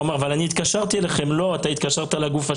הוא לא יבין את ההבדל בין הגופים